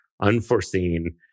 unforeseen